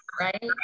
right